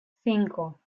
cinco